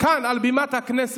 כאן על בימת הכנסת,